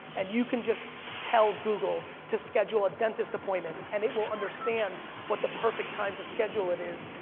and you can just tell google to schedule a dentist appointment, and it will understand what the perfect time to schedule it is,